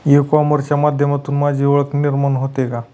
E कॉमर्सच्या माध्यमातून माझी ओळख निर्माण होते का?